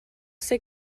ser